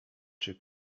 czy